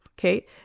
Okay